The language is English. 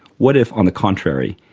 what if, on the contrary,